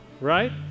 right